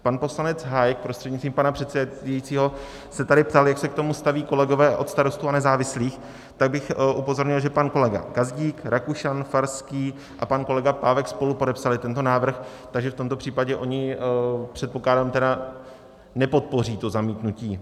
Pan poslanec Hájek prostřednictvím pana předsedajícího se tady ptal, jak se k tomu staví kolegové od Starostů a nezávislých, tak bych upozornil, že pan kolega Gazdík, Rakušan, Farský a pan kolega Pávek spolupodepsali tento návrh, takže v tomto případě oni, předpokládám, nepodpoří zamítnutí.